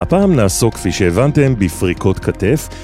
הפעם נעסוק כפי שהבנתם בפריקות כתף